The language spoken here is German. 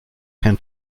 kein